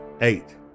eight